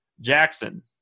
Jackson